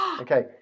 Okay